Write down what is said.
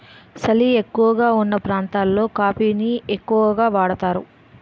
సలి ఎక్కువగావున్న ప్రాంతాలలో కాఫీ ని ఎక్కువగా వాడుతారు